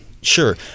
Sure